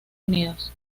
unidos